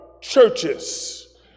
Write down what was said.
churches